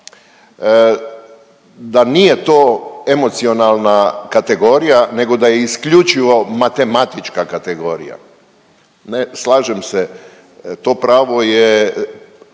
da nije to emocionalna kategorija nego da je isključivo matematička kategorija, ne. Slažem se, to pravo je,